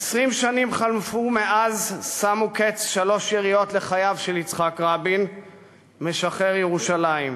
20 שנים חלפו מאז שמו שלוש יריות קץ לחייו של יצחק רבין משחרר ירושלים.